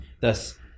thus